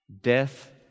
death